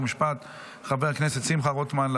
נעבור לנושא הבא על